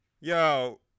yo